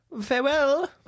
Farewell